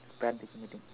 parent teacher meeting